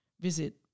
visit